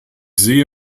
sehe